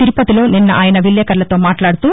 తిరుపతిలో నిన్న ఆయన విలేకరులతో మాట్లాడుతూ